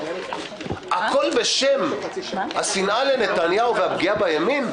הכול בשם השנאה לנתניהו והפגיעה בימין?